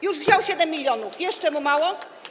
Już wziął 7 mln, jeszcze mu mało?